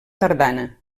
tardana